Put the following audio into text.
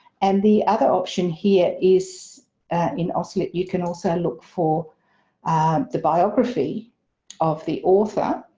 and the other option here is in auslit, you can also look for the biography of the author,